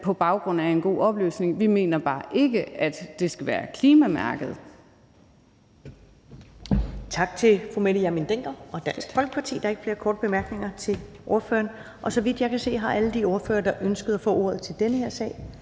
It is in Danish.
på baggrund af en god oplysning; vi mener bare ikke, at det skal være på baggrund